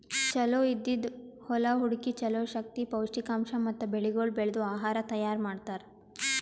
ಚಲೋ ಇದ್ದಿದ್ ಹೊಲಾ ಹುಡುಕಿ ಚಲೋ ಶಕ್ತಿ, ಪೌಷ್ಠಿಕಾಂಶ ಮತ್ತ ಬೆಳಿಗೊಳ್ ಬೆಳ್ದು ಆಹಾರ ತೈಯಾರ್ ಮಾಡ್ತಾರ್